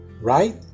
right